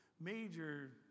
major